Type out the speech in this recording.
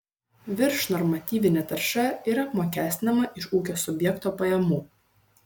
viršnormatyvinė tarša yra apmokestinama iš ūkio subjekto pajamų